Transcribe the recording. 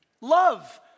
Love